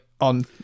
on